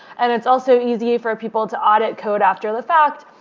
and it's also easy for people to audit code after the fact.